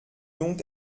donc